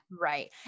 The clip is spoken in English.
Right